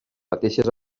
mateixes